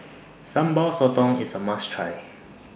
Sambal Sotong IS A must Try